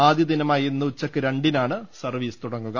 ആദ്യ ദിനമായ ഇന്ന് ഉച്ചക്ക് രണ്ടിനാണ് സർവീസ് തുടങ്ങുക